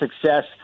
success